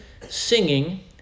singing